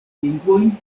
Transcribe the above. lingvojn